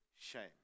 shame